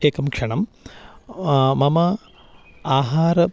एकं क्षणं मम आहारः